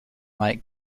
light